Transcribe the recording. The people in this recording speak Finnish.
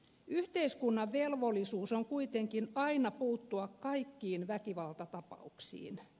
yhteiskunnan velvollisuus on kuitenkin aina puuttua kaikkiin väkivaltatapauksiin